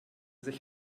sich